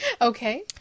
Okay